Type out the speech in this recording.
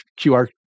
QR